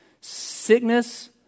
Sickness